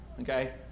okay